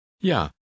Ja